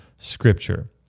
scripture